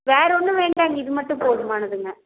வேறு ஒன்றும் வேண்டாங்க இது மட்டும் போதுமானதுங்க